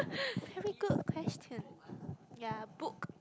very good question ya book